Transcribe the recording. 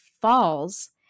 falls